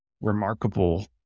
remarkable